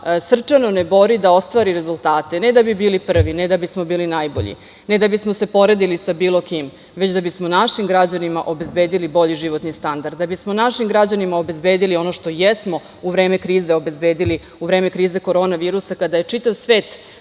srčano ne bori da ostvari rezultate, ne da bi bili prvi, ne da bismo najbolji, ne da bismo se poredili sa bilo kim, već da bismo našim građanima obezbedili bolji životni standard, da bismo našim građanima obezbedili ono što jesmo u vreme krize obezbedili, u vreme krize korona virusa, kada je čitav svet